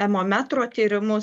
emometro tyrimus